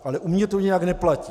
Ale u mě to nějak neplatí.